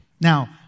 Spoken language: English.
now